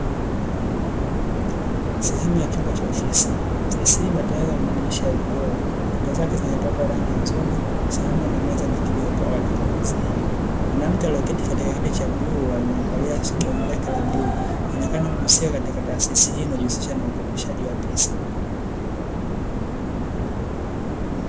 Sehemu ya chumba ofisi, ofisi hii imetengezwa kwa kuwekea madirisha ya vioo na kuta zake zimepakwa rangi nzuri sambamba na meza iliyopo katika ofisi hii, mwanamke alie keti katika kiti cha bluu amevalia gauni lake la bluu anaonekana anahusika katika taasisi hii inayohusika na ukopeshaji wa pesa.